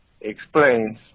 explains